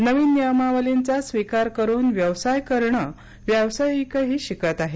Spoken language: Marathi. नवीन नियमावलींचा स्वीकार करून व्यवसाय करणं व्यावसायिकही शिकत आहेत